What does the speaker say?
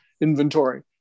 inventory